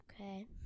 Okay